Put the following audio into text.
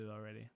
already